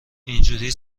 اینجوری